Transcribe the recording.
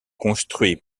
construits